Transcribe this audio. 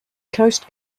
coast